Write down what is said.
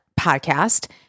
podcast